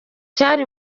cyari